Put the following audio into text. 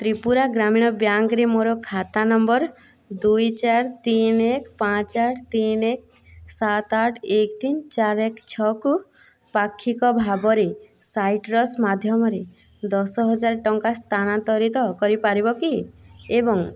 ତ୍ରିପୁରା ଗ୍ରାମୀଣ ବ୍ୟାଙ୍କରେ ମୋର ଖାତା ନମ୍ବର ଦୁଇ ଚାରି ତିନି ଏକ ପାଞ୍ଚ ଆଠ ତିନି ଏକ ସାତ ଆଠ ଏକ ତିନି ଚାରି ଏକ ଛଅକୁ ପାକ୍ଷିକ ଭାବରେ ସାଇଟ୍ରସ୍ ମାଧ୍ୟମରେ ଦଶ ହଜାର ଟଙ୍କା ସ୍ଥାନାନ୍ତରିତ କରିପାରିବ କି ଏବଂ